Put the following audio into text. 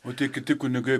o tie kiti kunigai